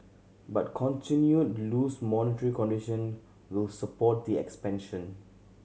but continued loose monetary condition will support the expansion